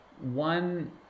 One